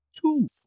Two